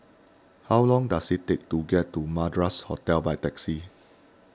how long does it take to get to Madras Hotel by taxi